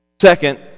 Second